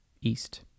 East